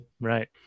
Right